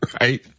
right